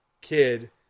kid